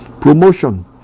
Promotion